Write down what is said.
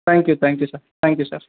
thank you thank you sir thank you sir